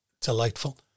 ...delightful